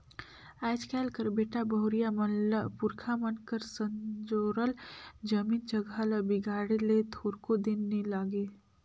आएज काएल कर बेटा बहुरिया मन ल पुरखा मन कर संजोरल जमीन जगहा ल बिगाड़े ले थोरको दिन नी लागे